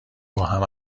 باهم